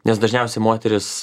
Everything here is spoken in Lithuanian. nes dažniausia moterys